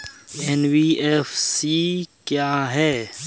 NBFC क्या है?